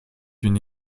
une